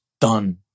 done